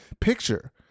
picture